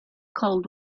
cold